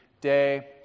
day